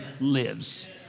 lives